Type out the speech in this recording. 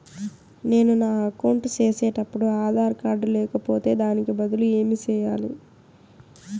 నేను నా అకౌంట్ సేసేటప్పుడు ఆధార్ కార్డు లేకపోతే దానికి బదులు ఏమి సెయ్యాలి?